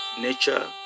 nature